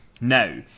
now